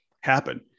happen